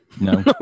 no